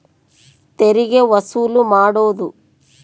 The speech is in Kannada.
ತೆರಿಗೆ ವಸೂಲು ಮಾಡೋದು